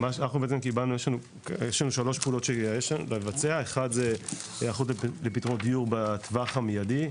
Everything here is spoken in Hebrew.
ממה שבעצם קיבלנו יש לנו שלוש פעולות לבצע: 1. פתרון דיור בטווח המיידי,